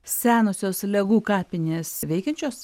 senosios legų kapinės veikiančios